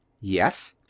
Yes